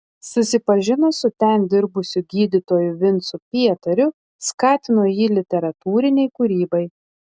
susipažino su ten dirbusiu gydytoju vincu pietariu skatino jį literatūrinei kūrybai